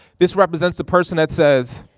this represents the person that says,